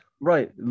Right